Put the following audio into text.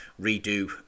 redo